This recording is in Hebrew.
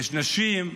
יש נשים.